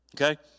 Okay